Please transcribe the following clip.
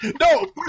No